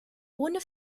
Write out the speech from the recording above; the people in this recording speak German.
ohne